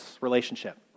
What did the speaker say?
relationship